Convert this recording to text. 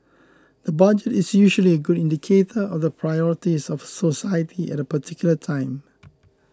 the Budget is usually a good of the priorities of society at a particular time